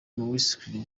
mckinstry